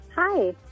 Hi